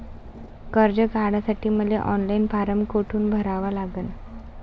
कर्ज काढासाठी मले ऑनलाईन फारम कोठून भरावा लागन?